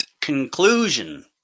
conclusion